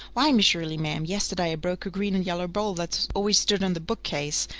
why, miss shirley, ma'am, yesterday i bruk her green and yaller bowl that's always stood on the bookcase.